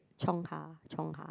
Chungha Chungha